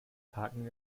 parken